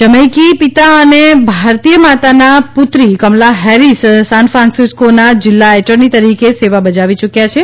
જમૈકી પિતા અને ભારતીય માતાના પુત્રી કમલા હેરીસ સાનફાન્સીસ્કોના જિલ્લા એટર્ની તરીકે સેવા બજાવી ચૂંક્યા છે